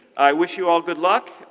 i wish you all good luck.